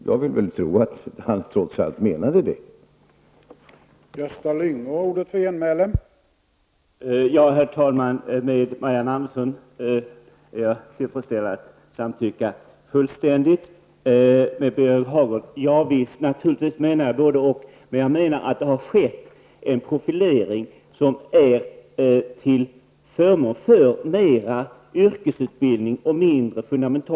Jag vill tro att detta trots allt var vad Gösta Lyngå menade.